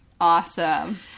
Awesome